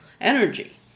energy